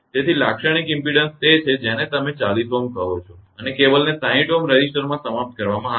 તેથી લાક્ષણિક ઇમપેડન્સ તે છે જેને તમે 40 Ω કહો છો અને કેબલને 60 Ω રેઝિસ્ટરમાં સમાપ્ત કરવામાં આવે છે